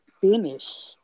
finish